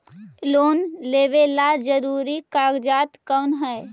Loan लेब ला जरूरी कागजात कोन है?